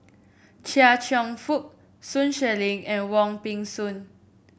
Chia Cheong Fook Sun Xueling and Wong Peng Soon